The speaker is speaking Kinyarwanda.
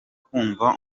kumva